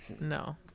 no